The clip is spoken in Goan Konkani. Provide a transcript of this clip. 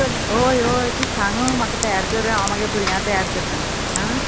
चल् हय हय तूं सांग म्हाका तयारी कर हांव मागीर भुरग्यां तयार करता आं